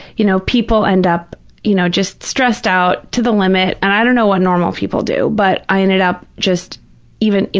you know, people end up you know just stressed out, to the limit, and i don't know what normal people do, but i ended up just even, you